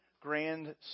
grand